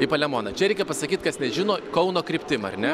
į palemoną čia reikia pasakyt kas žino kauno kryptim ar ne